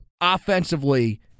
Offensively